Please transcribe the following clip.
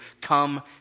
come